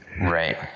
Right